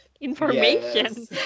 information